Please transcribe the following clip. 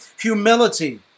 Humility